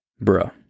Bro